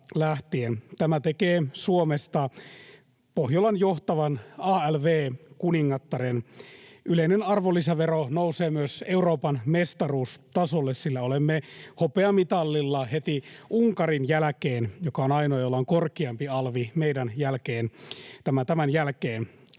Tämä tekee Suomesta Pohjolan johtavan alv-kuningattaren. Yleinen arvonlisävero nousee myös Euroopan mestaruustasolle, sillä olemme hopeamitalilla heti Unkarin jälkeen, joka on ainoa, jolla on meidän jälkeen korkeampi alvi tämän jälkeen.